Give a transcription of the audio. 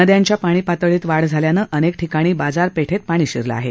नदयांच्या पाणीपातळीत वाढ झाल्यानं अनेक ठिकाणी बाजारपेठेत पाणी शिरलं आहे